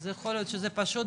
אז יכול להיות שזה פשוט